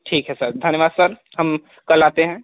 ठीक है सर धन्यवाद सर हम कल आते हैं